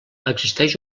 existeix